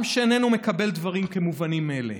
עם שאיננו מקבל דברים כמובנים מאליהם,